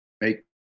make